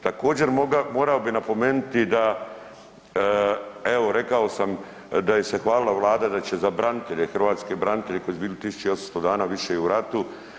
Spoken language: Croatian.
Također, morao bih napomenuti da evo rekao sam da se hvalila Vlada da će za branitelje, hrvatske branitelje koji su bili 1800 dana više u ratu.